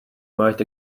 might